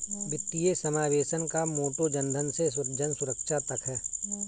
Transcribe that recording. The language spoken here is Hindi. वित्तीय समावेशन का मोटो जनधन से जनसुरक्षा तक है